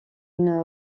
une